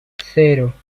cero